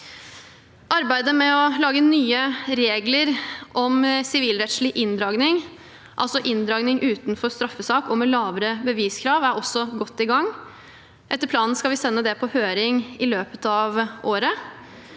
Arbeidet med å lage nye regler om sivilrettslig inndragning, altså inndragning utenfor straffesak og med lavere beviskrav, er også godt i gang. Etter planen skal vi sende det på høring i løpet av året.